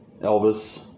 Elvis